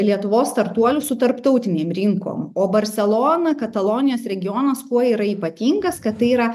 lietuvos startuolius su tarptautinėm rinkom o barselona katalonijos regionas kuo yra ypatingas kad tai yra